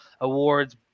awards